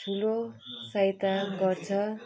ठुलो सहायता गर्छ